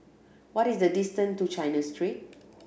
what is the distance to China Street